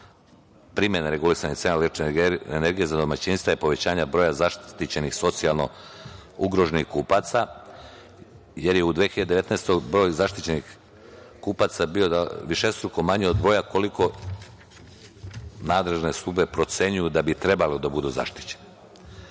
primene regulisanja cene električne energije za domaćinstva je povećanje broja zaštićenih socijalno ugroženih kupaca, jer je u 2019. godini broj zaštićenih kupaca bio je višestruko manji od broja koliko nadležne službe procenjuju da bi trebalo da budu zaštićene. Savet